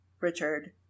Richard